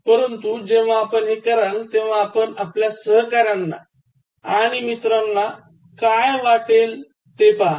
परंतु जेव्हा आपण हे कराल तेव्हा आपण आपल्या सहकार्यांना आणि मित्रांना काय वाटलं ते पहा